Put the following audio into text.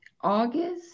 August